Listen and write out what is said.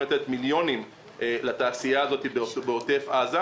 לתת מיליונים לתעשייה הזאת בעוטף עזה.